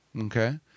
Okay